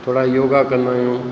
थोरा योगा कंदा आहियूं